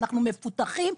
אנחנו מפותחים,